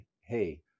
hey